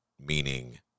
meaning